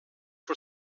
for